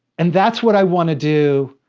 and that's what i want to do.